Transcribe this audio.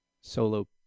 solo